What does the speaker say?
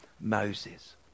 Moses